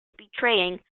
betraying